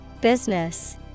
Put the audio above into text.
Business